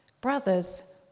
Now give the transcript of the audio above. Brothers